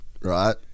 right